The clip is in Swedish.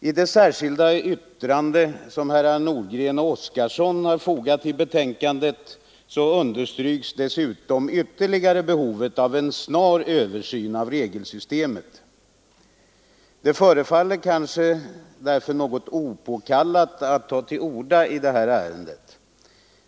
I det särskilda yttrande som herrar Nordgren och Oskarson fogat vid betänkandet understryks dessutom ytterligare behovet av en snar översyn av regelsystemet. Det förefaller därför kanske något opåkallat att ta till orda i ärendet.